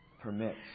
permits